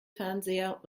fernseher